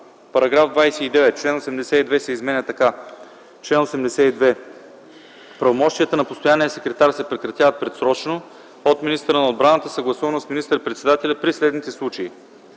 § 29. Член 82 се изменя така: „Чл. 82. Правомощията на постоянния секретар се прекратяват предсрочно от министъра на отбраната, съгласувано с министър-председателя при следните случаи: